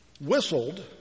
whistled